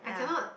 ya